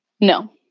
No